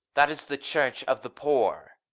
that is the church of the poor.